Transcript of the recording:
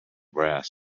brass